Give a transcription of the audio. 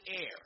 air